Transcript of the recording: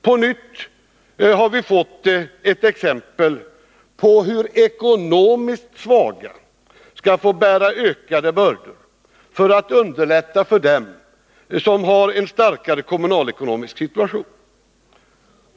På nytt har vi fått ett exempel på hur ekonomiskt svaga skall bära ökade bördor för att underlätta för dem som har en starkare kommunalekonomisk situation.